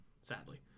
sadly